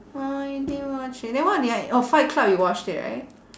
!huh! you didn't watch it then what did I orh fight club you watched it right